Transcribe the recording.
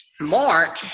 mark